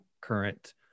current